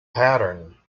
pattern